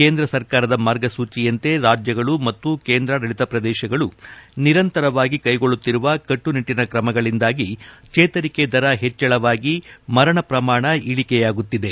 ಕೇಂದ್ರ ಸರ್ಕಾರದ ಮಾರ್ಗಸೂಚಿಯಂತೆ ರಾಜ್ಯಗಳು ಮತ್ತು ಕೇಂದ್ರಾದಳಿತ ಪ್ರದೇಶಗಳು ನಿರಂತರವಾಗಿ ಕೈಗೊಳ್ಳುತ್ತಿರುವ ಕಟ್ಟು ನಿಟ್ಡಿನ ಕ್ರಮಗಳಿಂದಾಗಿ ಚೇತರಿಕೆ ದರ ಹೆಚ್ಚಳವಾಗಿ ಮರಣ ಪ್ರಮಾಣ ಇಳಿಕೆಯಾಗುತ್ತಿದೆ